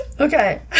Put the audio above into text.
Okay